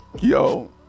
yo